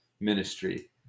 ministry